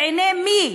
בעיני מי?